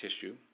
tissue